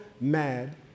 mad